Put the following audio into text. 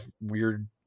weird